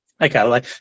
Okay